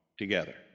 together